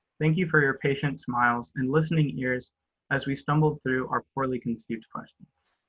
thank you for your patient smiles and listening ears as we stumbled through our poorly conceived questions.